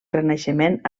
renaixement